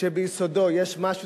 שביסודו יש משהו,